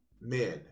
men